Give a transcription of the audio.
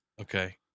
okay